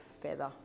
feather